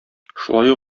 шулай